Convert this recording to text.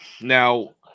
now